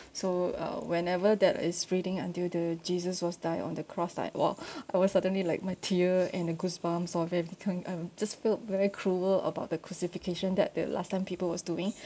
so uh whenever there is reading until the jesus was dying on the cross like I'll I'll suddenly like my tear and the goosebumps suddenly becoming um just feel very cruel about the cruxification that the last time people was doing